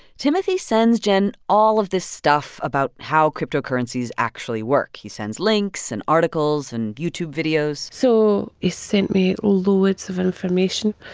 timothy sends jen all of this stuff about how cryptocurrencies actually work. he sends links and articles and youtube videos so he sent me loads of information,